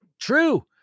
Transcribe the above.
True